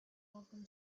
open